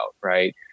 Right